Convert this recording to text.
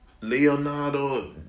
Leonardo